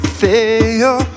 fail